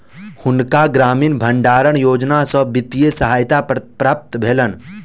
हुनका ग्रामीण भण्डारण योजना सॅ वित्तीय सहायता प्राप्त भेलैन